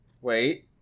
wait